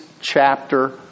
chapter